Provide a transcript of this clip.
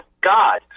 God